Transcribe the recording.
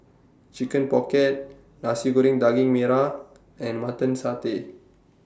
Chicken Pocket Nasi Goreng Daging Merah and Mutton Satay